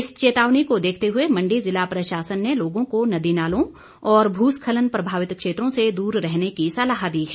इस चेतावनी को देखते हुए मंडी ज़िला प्रशासन ने लोगों को नदी नालों और भूस्खलन प्रभावित क्षेत्रों से दूर रहने की सलाह दी है